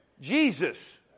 Jesus